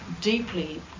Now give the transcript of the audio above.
deeply